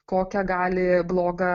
kokia gali bloga